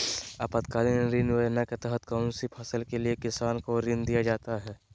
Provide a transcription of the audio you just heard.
आपातकालीन ऋण योजना के तहत कौन सी फसल के लिए किसान को ऋण दीया जाता है?